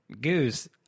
Goose